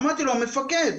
אמרתי: המפקד,